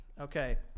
Okay